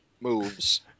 moves